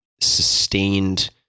sustained